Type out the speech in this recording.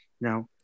Now